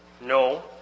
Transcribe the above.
No